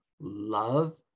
love